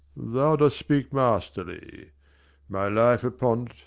thou dost speak masterly my life upon